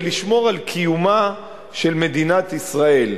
ולשמור על קיומה של מדינת ישראל.